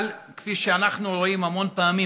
אבל כפי שאנחנו רואים המון פעמים